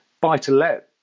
buy-to-let